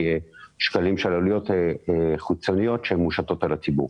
שקלים של עלויות חיצוניות שמושתות על הציבור.